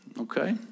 Okay